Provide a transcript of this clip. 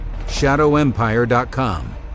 ShadowEmpire.com